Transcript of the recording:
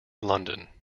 london